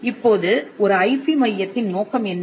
இப்போது ஒரு ஐபி மையத்தின் நோக்கம் என்ன